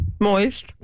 moist